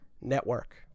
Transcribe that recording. Network